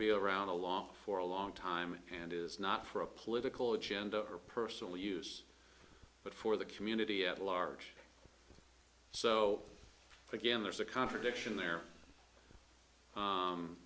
be around the law for a long time and is not for a political agenda or personal use but for the community at large so again there's a contradiction there